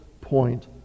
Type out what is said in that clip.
point